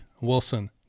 Wilson